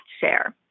share